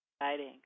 Exciting